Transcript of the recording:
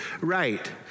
Right